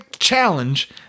challenge